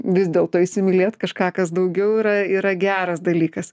vis dėlto įsimylėt kažką kas daugiau yra yra geras dalykas